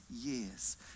years